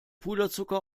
puderzucker